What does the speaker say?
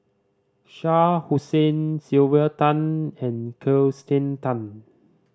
Shah Hussain Sylvia Tan and Kirsten Tan